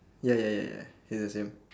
ya ya ya ya it's the same